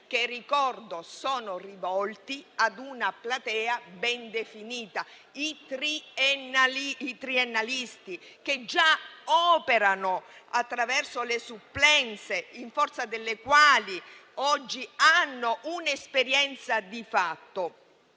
lo ricordo, sono rivolti a una platea ben definita, i triennalisti, che già operano attraverso le supplenze in forza delle quali oggi hanno un'esperienza di fatto,